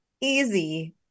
easy